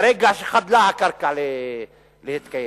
ברגע שחדלה הקרקע להתקיים.